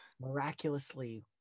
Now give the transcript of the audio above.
miraculously